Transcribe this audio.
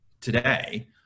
today